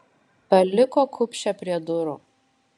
paliko kupšę prie durų